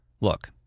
Look